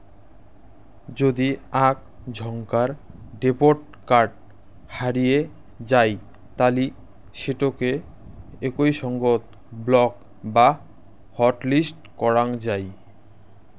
যদি আক ঝন্কার ডেবট কার্ড হারিয়ে যাই তালি সেটোকে একই সঙ্গত ব্লক বা হটলিস্ট করাং যাই